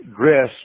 dress